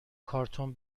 کارتون